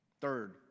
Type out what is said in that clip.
third